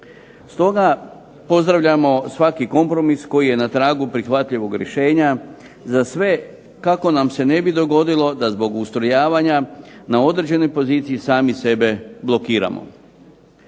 Stoga pozdravljamo svaki kompromis koji je na tragu prihvatljivog rješenja za sve, kako nam se ne bi dogodilo da zbog ustrojavanja na određenoj poziciji sami sebe blokiramo.